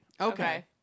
Okay